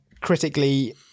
critically